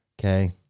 Okay